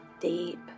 deep